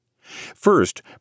First